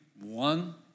one